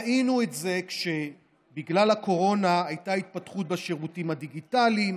ראינו את זה שבגלל הקורונה הייתה התפתחות בשירותים הדיגיטליים,